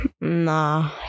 Nah